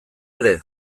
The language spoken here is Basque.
ere